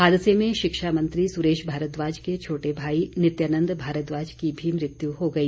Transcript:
हादसे में शिक्षा मंत्री सुरेश भारद्वाज के छोटे भाई नित्यानद भारद्वाज की भी मृत्यु हो गई